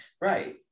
right